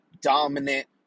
dominant